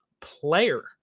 player